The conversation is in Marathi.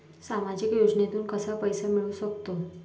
सामाजिक योजनेतून कसा पैसा मिळू सकतो?